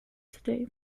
today